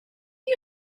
you